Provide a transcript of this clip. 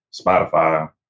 Spotify